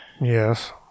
yes